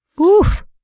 Oof